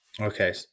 Okay